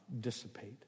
dissipate